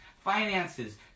finances